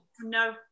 No